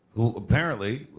who apparently,